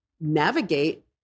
navigate